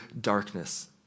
darkness